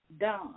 done